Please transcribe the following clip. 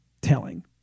telling